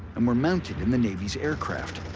and were mounted in the navy's aircraft.